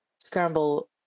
Scramble